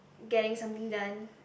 getting something done